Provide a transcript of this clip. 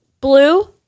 Blue